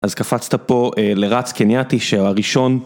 אז קפצת פה לרץ קנייתי שהוא הראשון